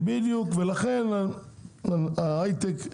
ההייטק,